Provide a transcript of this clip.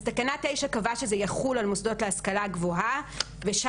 אז תקנה תשע קבעה שזה מה שיחול על המוסדות להשכלה גבוהה ושם